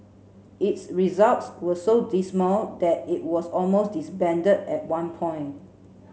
its results were so dismal that it was almost disbanded at one point